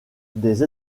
des